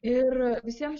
ir visiems